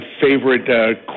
favorite